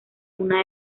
una